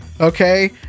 okay